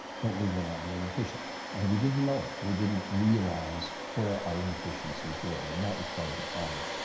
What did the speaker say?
but we were not very efficient. and we didn't know it. we didn't realize where our inefficiencies were, and that was part of the problem.